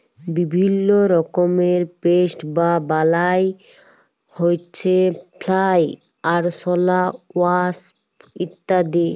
বিভিল্য রকমের পেস্ট বা বালাই হউচ্ছে ফ্লাই, আরশলা, ওয়াস্প ইত্যাদি